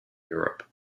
europe